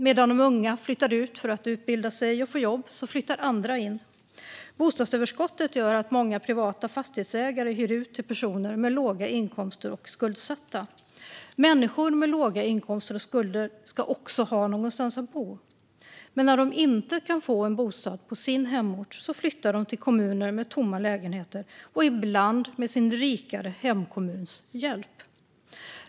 Medan de unga flyttade ut för att utbilda sig och få jobb flyttade andra in. Bostadsöverskottet gör att många privata fastighetsägare hyr ut till personer med låga inkomster och skuldsatta. Människor med låga inkomster och skulder ska också ha någonstans att bo. Men när de inte kan få en bostad på sin hemort flyttar de till kommuner med tomma lägenheter, och ibland med sin rikare hemkommuns hjälp.